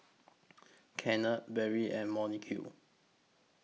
Kennard Barry and Monique